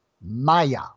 Maya